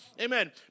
Amen